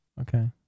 Okay